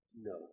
No